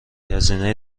هزینه